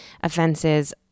offenses